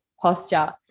posture